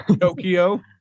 Tokyo